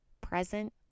present